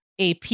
AP